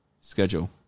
Schedule